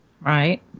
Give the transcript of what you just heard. right